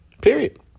period